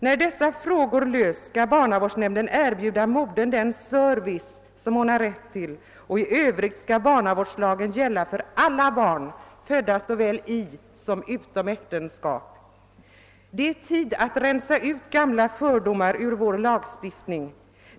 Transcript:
När dessa frågor lösts skall barnavårdsmannen erbjuda modern den service som hon har rätt till, och i övrigt skall barnavårdslagen gälla för alla barn, födda såväl i som utom äktenskap. Det är tid att rensa ut gamla fördomar ur vår lagstiftning.